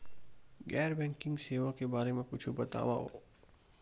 गैर बैंकिंग सेवा के बारे म कुछु बतावव?